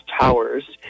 towers